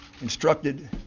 instructed